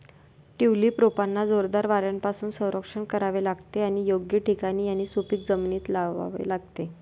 tulip रोपांना जोरदार वाऱ्यापासून संरक्षण करावे लागते आणि योग्य ठिकाणी आणि सुपीक जमिनीत लावावे लागते